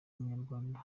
umunyarwanda